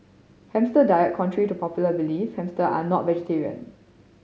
hamster diet Contrary to popular belief hamster are not vegetarian